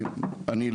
ואני,